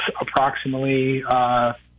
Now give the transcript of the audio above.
approximately –